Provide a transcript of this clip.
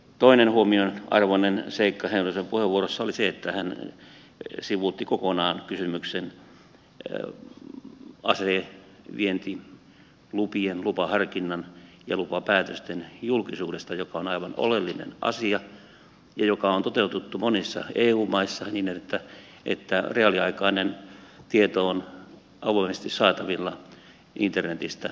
toinen huomionarvoinen seikka heinosen puheenvuorossa oli se että hän sivuutti kokonaan kysymyksen asevientilupien lupaharkinnan ja lupapäätösten julkisuudesta joka on aivan oleellinen asia ja joka on toteutettu monissa eu maissa niin että reaaliaikainen tieto on avoimesti saatavilla internetissä